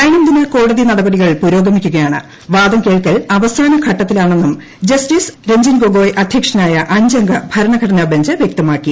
ദൈനം ദിന കോടതി നടപടികൾ പുരോഗുമീക്കുകയാണ് വാദം കേൾക്കൽ അവസാന ഘട്ടത്തിലാണെന്നുംജ്സ്റ്റിസ് രഞ്ജൻ ഗോഗൊയ് അധ്യക്ഷനായ അഞ്ചംഗ്രൂഭർണ്ഘടനാ ബഞ്ച് വൃക്തമാക്കി